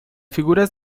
figuras